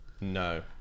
No